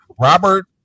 Robert